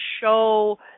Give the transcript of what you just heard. show